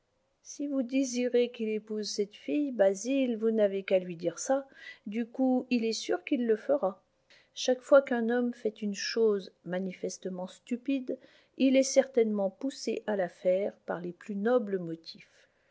si vous désirez qu'il épouse cette fille basil vous n'avez qu'à lui dire ça du coup il est sûr qu'il le fera chaque fois qu'un homme fait une chose manifestement stupide il est certainement poussé à la faire par les plus nobles motifs